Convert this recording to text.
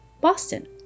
Boston